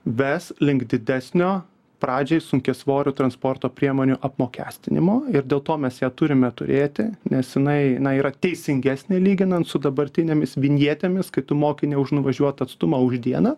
ves link didesnio pradžiai sunkiasvorių transporto priemonių apmokestinimo ir dėl to mes ją turime turėti nes jinai na yra teisingesnė lyginant su dabartinėmis vinjetėmis kai tu moki ne už nuvažiuotą atstumą o už dieną